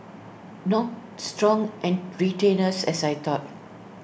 not strong and retainers as I thought